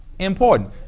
Important